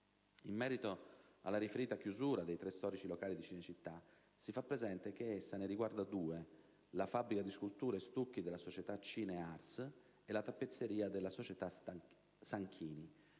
In merito alla riferita chiusura di tre storici locali di Cinecittà, si fa presente che tale misura ne riguarda due - la fabbrica di sculture e stucchi della società Cinears e la tappezzeria della società Sanchini